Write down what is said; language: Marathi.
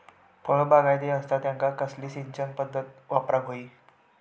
फळबागायती असता त्यांका कसली सिंचन पदधत वापराक होई?